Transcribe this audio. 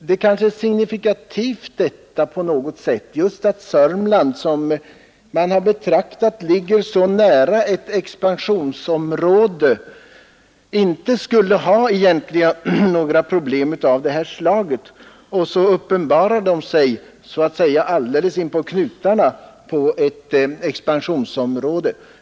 Man anser väl i regel att Södermanland ligger så nära ett stort expansionsområde, att det inte borde ha några egentliga problem av det här slaget, men det är kanske signifikativt att problemen uppenbarar sig just inpå knutarna till detta stora expansionsområde.